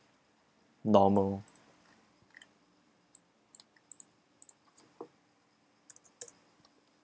normal